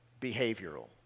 behavioral